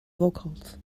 vocals